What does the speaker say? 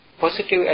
positive